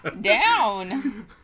down